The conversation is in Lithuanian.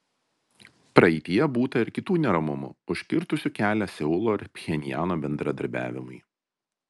praeityje būta ir kitų neramumų užkirtusių kelią seulo ir pchenjano bendradarbiavimui